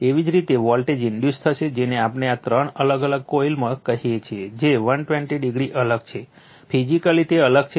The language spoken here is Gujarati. એવી જ રીતે વોલ્ટેજ ઈન્ડયુસ થશે જેને આપણે આ ત્રણેય અલગ અલગ કોઇલમાં કહીએ છીએ જે 120o અલગ છે ફિઝિકલી તે અલગ છે